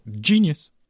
Genius